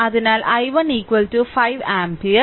അതിനാൽ i1 5 ampere